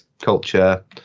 culture